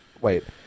Wait